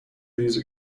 these